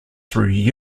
through